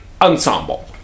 ensemble